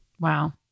Wow